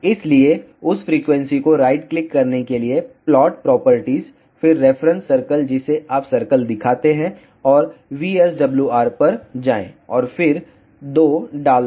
इसलिए उस फ्रीक्वेंसी को राइट क्लिक करने के लिए प्लॉट प्रॉपर्टीज फिर रेफरेंस सर्कल जिसे आप सर्कल दिखाते हैं और VSWR पर जाएं और फिर 2 डाल दें